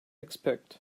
expect